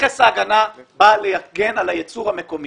מכס ההגנה בא להגן על הייצור המקומי.